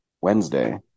Wednesday